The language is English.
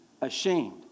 ashamed